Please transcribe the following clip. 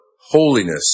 holiness